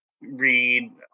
read